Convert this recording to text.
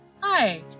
hi